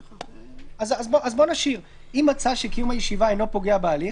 אז בוא נשאיר: אם מצא שקיום הישיבה אינו פוגע בהליך,